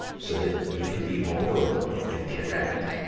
so that you can be vulnerable and connect.